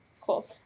Cool